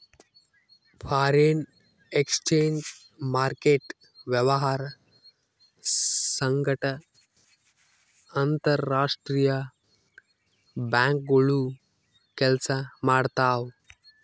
foreign exchange market ವ್ಯವಹಾರ್ ಸಂಗಟ್ ಅಂತರ್ ರಾಷ್ತ್ರೀಯ ಬ್ಯಾಂಕ್ಗೋಳು ಕೆಲ್ಸ ಮಾಡ್ತಾವ್